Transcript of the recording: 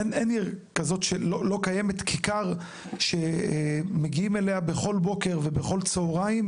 אין עיר כזאת שבה לא קיימת כיכר שאליה מגיעים בכל בוקר ובכל צהרים,